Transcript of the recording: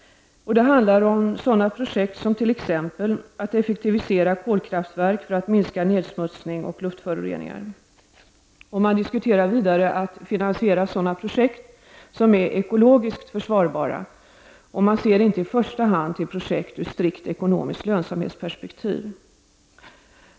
Det handlar om projekt som t.ex. att effektivisera kolkraftverk för att minska nedsmutsning och luftföroreningar. Man diskuterar vidare att finansiera sådana projekt som är ekologiskt försvarbara, och man ser inte i första hand till projekt ur strikt ekonomiskt lönsamhetsperspektiv.